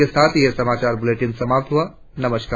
इसी के साथ यह समाचार बुलेटिन समाप्त हुआ नमस्कार